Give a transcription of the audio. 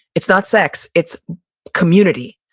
it's not sex, it's community.